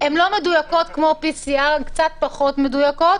הן לא מדויקות כמו PCR, הן קצת פחות מדויקות,